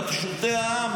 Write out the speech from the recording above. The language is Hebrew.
את פשוטי העם,